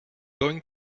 going